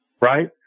Right